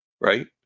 Right